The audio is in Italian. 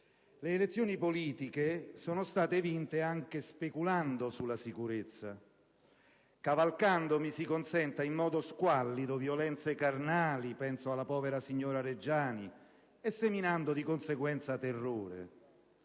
Le elezioni politiche sono state vinte anche speculando sulla sicurezza, cavalcando, mi si consenta, in modo squallido, alcune violenze carnali - penso alla povera signora Reggiani - e seminando di conseguenza terrore.